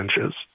inches